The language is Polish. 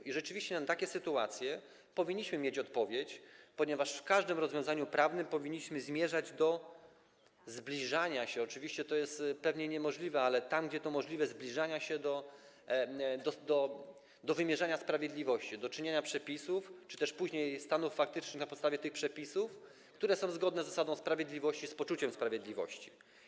I rzeczywiście na takie sytuacje powinniśmy mieć odpowiedź, ponieważ w każdym rozwiązaniu prawnym powinniśmy zmierzać do zbliżania się - oczywiście to jest pewnie niemożliwe - tam, gdzie to możliwe, do wymierzania sprawiedliwości, do czynienia przepisów czy też później stanów faktycznych na podstawie tych przepisów, które są zgodne z zasadą sprawiedliwości, z poczuciem sprawiedliwości.